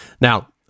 Now